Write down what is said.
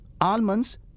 almonds